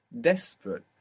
Desperate